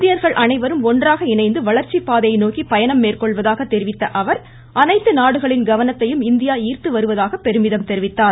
இந்தியர்கள் அனைவரும் ஒன்றாக இணைந்து வளர்ச்சிப்பாதையை நோக்கி பயணம் மேற்கொள்வதாக தெரிவித்த அவர் அனைத்து நாடுகளின் கவனத்தையும் இந்தியா ஈர்த்து வருவதாக பெருமிதம் தெரிவித்தார்